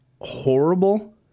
horrible